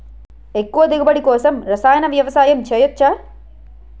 ఎక్కువ దిగుబడి కోసం రసాయన వ్యవసాయం చేయచ్చ?